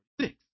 six